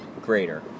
Greater